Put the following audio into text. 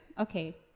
okay